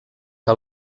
que